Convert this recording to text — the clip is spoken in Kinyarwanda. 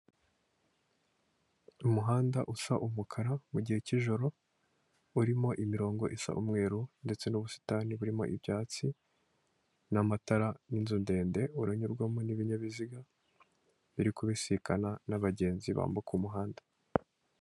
Umuhanda usa umukara mu gihe k'ijoro urimo imirongo isa umweru ndetse n'ubusitani burimo ibyatsi n'amatara n'inzu ndende uranyurwamo n'ibinyabiziga biri kubisikana n'abagenzi bambuka umuhanda.